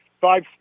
five